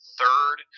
third